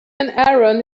aaron